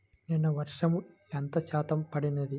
నిన్న వర్షము ఎంత శాతము పడినది?